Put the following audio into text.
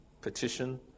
petition